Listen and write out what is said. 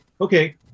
okay